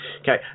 Okay